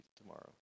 tomorrow